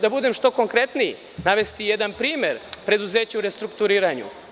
Da budem što konkretniji, navešću vam jedan primer preduzeća u restrukturiranju.